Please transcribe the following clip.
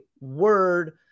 word